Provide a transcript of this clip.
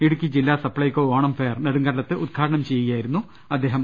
ഇടുക്കി ജില്ലാ സപ്ലൈകോ ഓണം ഫെയർ നെടുങ്കണ്ടത്ത് ഉദ്ഘാ ടനം ചെയ്യുകയായിരുന്നു മന്ത്രി